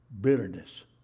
bitterness